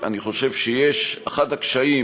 אני חושב שאחד הקשיים